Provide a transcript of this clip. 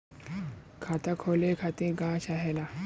खाता खोले खातीर का चाहे ला?